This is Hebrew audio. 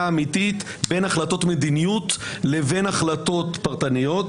אמיתית בין החלטות מדיניות לבין החלטות פרטניות,